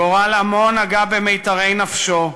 גורל עמו נגע במיתרי נפשו,